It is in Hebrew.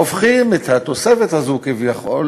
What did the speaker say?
הופכים את התוספת הזאת, כביכול,